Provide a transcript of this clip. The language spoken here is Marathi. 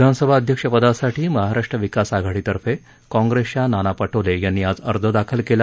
विधानसभा अध्यक्षपदासाठी महाराष्ट्र विकास आघाडीतर्फे काँप्रेसच्या नाना पटोले यांनी आज अर्ज दाखल केला